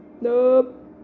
Nope